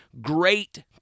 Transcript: great